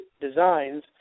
Designs